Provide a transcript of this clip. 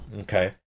Okay